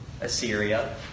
Assyria